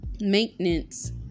maintenance